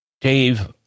Dave